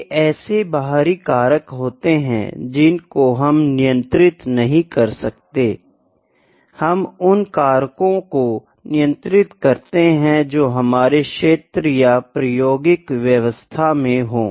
ये ऐसे बाहरी कारक होते है जिनको हम नियंत्रित नहीं कर सकते हम उन कारको को नियंत्रित करते है जो हमारे क्षेत्र या प्रयोगिक व्यवस्था में हो